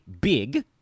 big